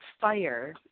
fire